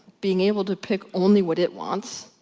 being able to pick only what it wants.